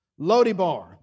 Lodibar